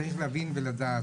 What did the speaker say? צריך להבין ולדעת,